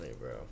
bro